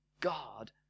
God